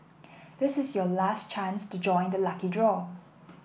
this is your last chance to join the lucky draw